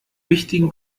wichtigen